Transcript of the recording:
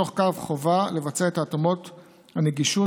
ובתוך כך חובה לבצע את התאמות הנגישות